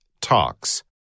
Talks